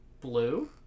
blue